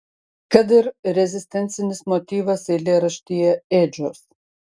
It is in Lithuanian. kad ir rezistencinis motyvas eilėraštyje ėdžios